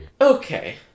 Okay